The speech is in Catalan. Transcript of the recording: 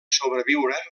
sobreviure